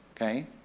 okay